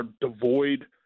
devoid